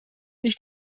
nicht